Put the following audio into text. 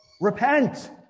Repent